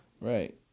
Right